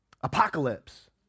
apocalypse